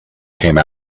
came